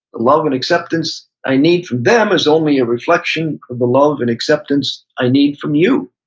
love and acceptance i need from them is only a reflection of the love and acceptance i need from you.